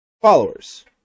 followers